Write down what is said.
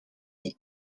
est